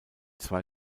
zwei